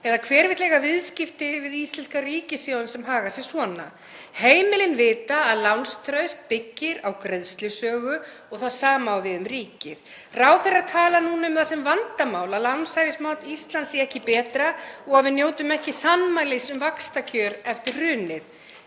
eða hver vill eiga viðskipti við íslenska ríkissjóðinn sem haga sér svona? Heimilin vita að lánstraust byggist á greiðslusögu og það sama á við um ríkið. Ráðherrar tala núna um það sem vandamál að lánshæfismat Íslands sé ekki betra og að við njótum ekki sannmælis um vaxtakjör eftir hrunið.